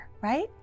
right